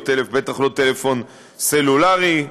בטח לא טלפון סלולרי,